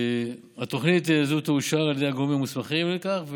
התוכנית הזאת תאושר על ידי הגורמים המוסמכים לכך,